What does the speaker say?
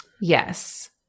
Yes